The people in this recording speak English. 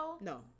no